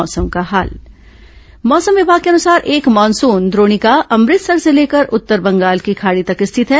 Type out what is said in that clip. मौसम मौसम विभाग के अनुसार एक मानसून द्रोणिका अमृतसर से लेकर उत्तर बंगाल की खाड़ी तक स्थित है